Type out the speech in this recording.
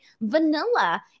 vanilla